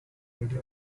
radio